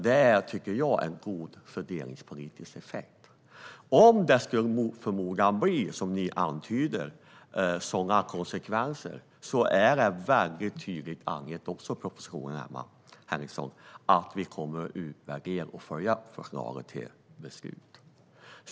Detta tycker jag är en god fördelningspolitisk effekt. Om det mot förmodan skulle bli sådana konsekvenser som Emma Henriksson antyder står det tydligt angivet i propositionen att vi kommer att utvärdera och följa upp förslaget till beslut.